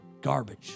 garbage